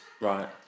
right